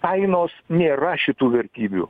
kainos nėra šitų vertybių